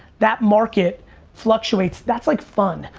that market fluctuates. that's like fun.